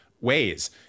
ways